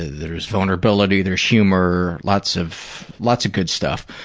there's vulnerability, there's humor, lots of lots of good stuff.